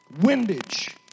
windage